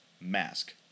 mask